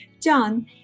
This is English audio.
John